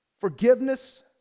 Forgiveness